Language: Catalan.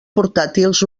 portàtils